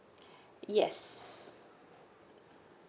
yes